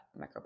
microbiome